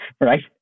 right